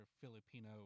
Filipino